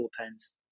pens